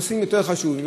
הנוסעים יותר חשובים,